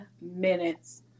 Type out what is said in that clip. minutes